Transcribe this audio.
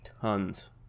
tons